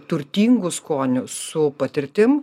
turtingu skoniu su patirtim